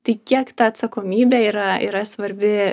tai kiek ta atsakomybė yra yra svarbi